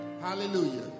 Hallelujah